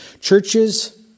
Churches